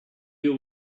you